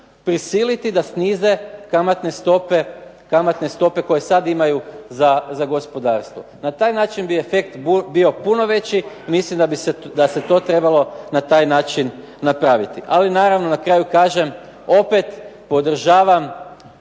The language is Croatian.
prisiliti da snize kamatne stope koje sada imaju za gospodarstvo. Na taj način bi efekt bio puno veći, mislim da se to trebalo na taj način napraviti. Na kraju kažem opet podržavam